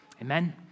Amen